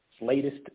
latest